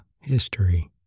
History